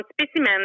specimen